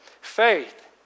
Faith